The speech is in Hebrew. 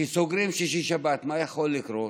כשסוגרים שישי-שבת, מה יכול לקרות?